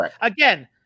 again